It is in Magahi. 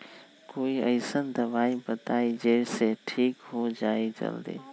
कोई अईसन दवाई बताई जे से ठीक हो जई जल्दी?